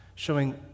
Showing